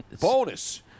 Bonus